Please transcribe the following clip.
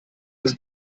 das